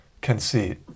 conceit